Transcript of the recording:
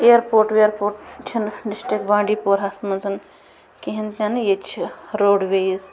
airport وِیرپوٹ چھِنہٕ district بانڈی پوٗرہس منٛز کِہیٖنۍ تہِ نہٕ ییٚتہِ چھِ روڈ ویز